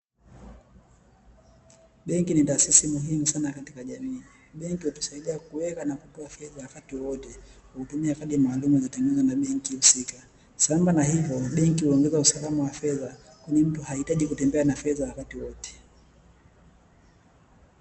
Benki ni taasisi muhimu sana katika jamii, benki hutusaidia kuweka na kutoa fedha wakati wowote kwa kutumia kadi maalumu zilizotengenezwa na benki husika, sambamba na hilo benki huongeza usalama wa fedha kwani mtu hahitaji kutembea na fedha wakati wote.